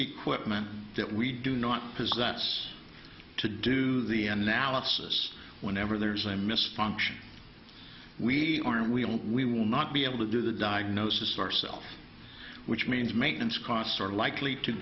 equipment that we do not possess to do the analysis whenever there's a misfunction we aren't we don't we will not be able to do the diagnosis ourselves which means maintenance costs are likely to